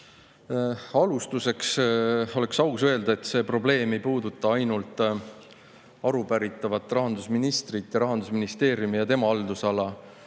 Alustuseks oleks aus öelda, et see probleem ei puuduta ainult arupärimise saanud rahandusministrit, Rahandusministeeriumi ja tema haldusala